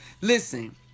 listen